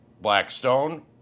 Blackstone